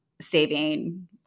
saving